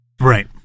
Right